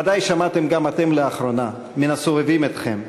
ודאי שמעתם גם אתם לאחרונה מן הסובבים אתכם,